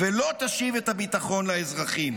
ולא תשיב את הביטחון לאזרחים.